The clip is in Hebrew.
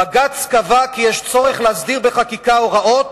בג"ץ קבע כי יש צורך להסדיר בחקיקה הוראות